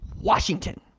Washington